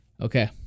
Okay